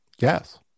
Yes